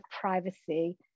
privacy